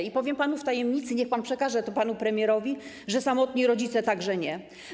I powiem panu w tajemnicy, niech pan przekaże to panu premierowi, że samotni rodzice także nie.